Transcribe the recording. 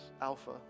alpha